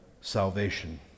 salvation